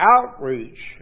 Outreach